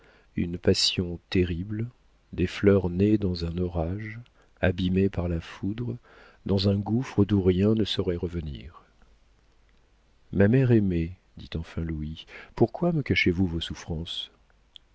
une passion terrible des fleurs nées dans un orage abîmées par la foudre dans un gouffre d'où rien ne saurait revenir ma mère aimée dit enfin louis pourquoi me cachez-vous vos souffrances